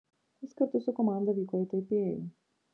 jis kartu su komanda vyko į taipėjų